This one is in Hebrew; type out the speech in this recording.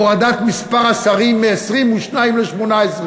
בהורדת מספר השרים מ-22 ל-18.